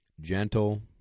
gentle